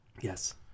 Yes